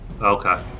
Okay